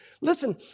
Listen